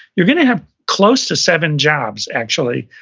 you're gonna have close to seven jobs, actually,